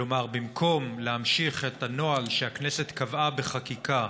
כלומר, במקום להמשיך את הנוהל שהכנסת קבעה בחקיקה,